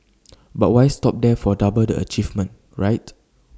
but why stop there for double the achievement right